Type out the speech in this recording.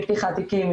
פתיחת תיקים,